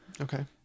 okay